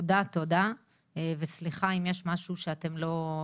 תודה וסליחה אם יש משהו שאתם לא,